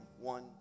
one